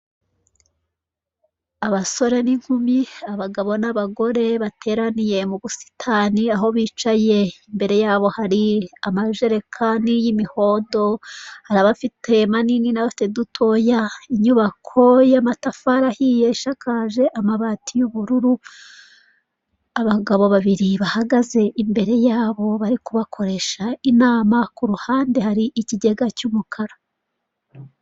Abasore n'inkumi, abagabo n'abagore bateraniye mu busitani aho bicaye, imbere yabo hari amajerekani y'imihondo hari abafite manini n'abafite dutoya, inyubako y'amatafari ahiye ishakaje amabati y'ubururu, abagabo babiri bahagaze imbere yabo bari kubakoresha inama, ku ruhande hari ikigega cy'umukara.